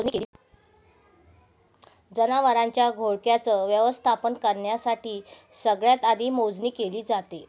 जनावरांच्या घोळक्याच व्यवस्थापन करण्यासाठी सगळ्यात आधी मोजणी केली जाते